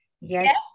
Yes